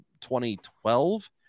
2012